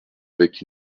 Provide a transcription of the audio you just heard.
avec